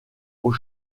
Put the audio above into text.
aux